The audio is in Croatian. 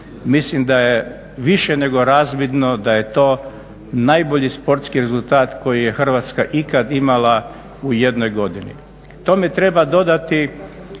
mislim da je više razvidno da je to najbolji sportski rezultat koji je Hrvatska ikad imala u jednoj godini.